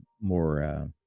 more